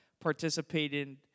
participated